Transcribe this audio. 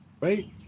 Right